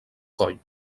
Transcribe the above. coll